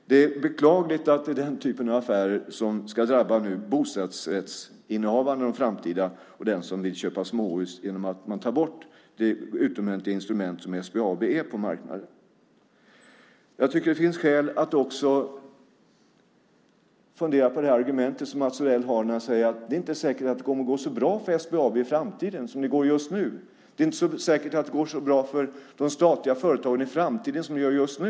Det är beklagligt att den typen av affärer - att man tar bort det utomordentliga instrument som SBAB är på marknaden - ska drabba bostadsrättsinnehavare och dem som vill köpa småhus i framtiden. Det finns även skäl att fundera på ett annat argument som Mats Odell har, nämligen när han säger att det inte är säkert att det i framtiden kommer att gå så bra för SBAB och de andra statliga företagen som det gör just nu.